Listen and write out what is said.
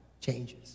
changes